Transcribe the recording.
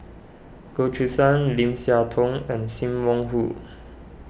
Goh Choo San Lim Siah Tong and Sim Wong Hoo